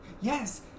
Yes